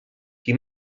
qui